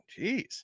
Jeez